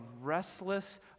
restless